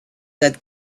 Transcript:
that